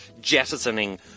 jettisoning